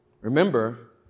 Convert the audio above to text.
Remember